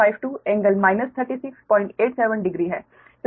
तो 30752∟ 36870 है